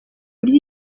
buryo